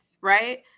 right